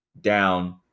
down